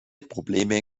probleme